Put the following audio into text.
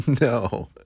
No